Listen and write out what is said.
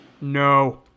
No